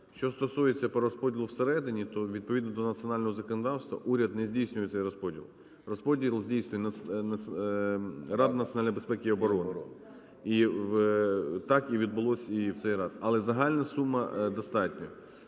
Що стосується перерозподілу всередині, то відповідно до національного законодавства уряд не здійснює цей розподіл. Розподіл здійснює Рада національної безпеки і оборони. І так і відбулось і в цей раз. Але загальна сума достатня.